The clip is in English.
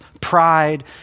pride